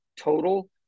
total